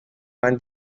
itanga